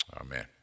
amen